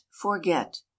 forget